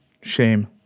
Shame